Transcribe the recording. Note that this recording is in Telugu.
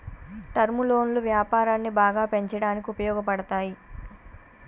టర్మ్ లోన్లు వ్యాపారాన్ని బాగా పెంచడానికి ఉపయోగపడతాయి